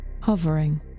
hovering